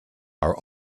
are